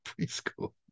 preschool